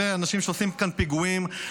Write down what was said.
אנשים שעושים כאן פיגועים,